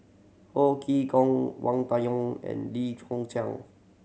Ho Chee Kong Wang Dayuan and Lim Chwee Chian